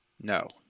No